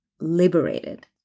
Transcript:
liberated